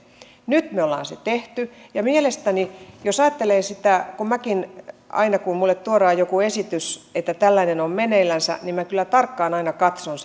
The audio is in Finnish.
nyt me olemme sen tehneet ja minun mielestäni jos ajattelee sitä kun minäkin aina kun minulle tuodaan joku esitys että tällainen on meneillänsä kyllä tarkkaan katson